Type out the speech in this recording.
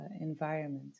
environment